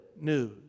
news